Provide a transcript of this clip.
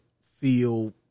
feel